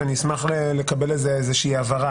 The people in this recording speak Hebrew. ואני אשמח לקבל איזו הבהרה,